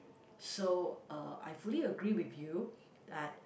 so uh I fully agree with you that